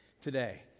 today